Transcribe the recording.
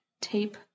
tape